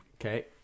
okay